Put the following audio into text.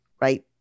right